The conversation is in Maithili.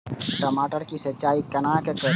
टमाटर की सीचाई केना करी?